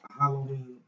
Halloween